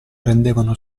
rendevano